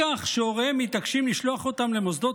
בכך שהוריהם מתעקשים לשלוח אותם למוסדות